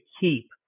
keep